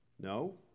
No